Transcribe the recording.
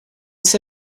jsi